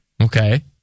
Okay